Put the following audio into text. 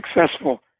successful